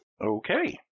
Okay